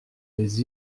les